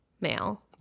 male